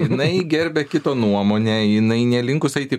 jinai gerbia kito nuomonę jinai nelinkus eiti į